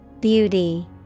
Beauty